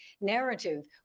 narrative